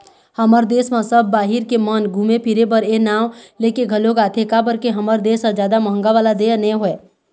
हमर देस म सब बाहिर के मन घुमे फिरे बर ए नांव लेके घलोक आथे काबर के हमर देस ह जादा महंगा वाला देय नोहय